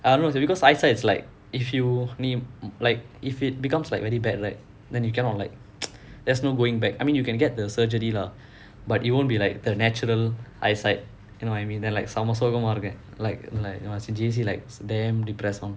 I don't know because eyesight is like if you need like if it becomes like very bad right then you cannot like there's no going back I mean you can get the surgery lah but you won't be like the natural eyesight you know what you mean then சும்மா சோகமா இருக்கும்:chumma sogamaa irukkum like like when I was in J_C like damn depressed [one]